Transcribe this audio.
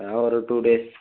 அதான் ஒரு two days